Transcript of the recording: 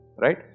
right